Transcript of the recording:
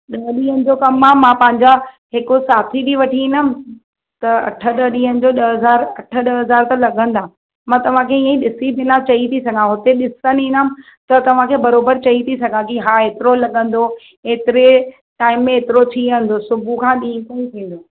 ॾह ॾींहंनि जो कमु आहे मां पंहिंजा हिकु साथी बि वठी ईदमि त अठ ॾह ॾींहंनि जो ॾह हज़ार अठ ॾह हज़ार त लॻंदा मां तव्हांखे ईअं ई ॾिसी बिना चई थी सघां हुते ॾिसणु ईंदमि त तव्हांखे बराबरि चई थी सघां की हा हेतिरो लॻंदो एतरे टाईम में एतिरो थी वेंदो सुबुह खां ॾींहुं ताईं थींदो